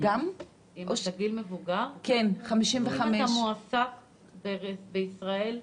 אם אתה מועסק בישראל,